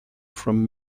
from